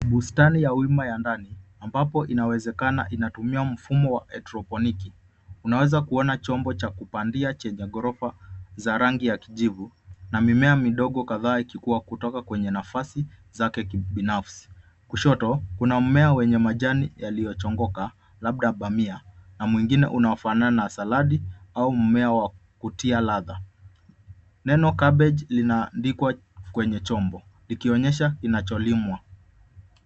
Bustani ya wima ya ndani ambapo inawezekana inatumia mfumo wa haidroponiki. Tunaweza kuona chombo cha kupandia chenye ghorofa za rangi ya kijivu na mimea midogo kadhaa ikikua kutoka kwenye nafasi zake kibinafsi. Kushoto, kuna mmea wenye majani yaliyochongoka labda bamia na mwingine unaofanana saladi au mmea wa kutia ladha. Neno cabbage linaandikwa kwenye chombo likionyesha linacholimwa.